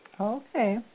Okay